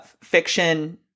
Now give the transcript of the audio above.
fiction